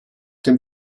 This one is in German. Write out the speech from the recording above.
dem